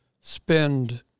spend